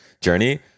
journey